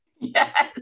Yes